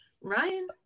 ryan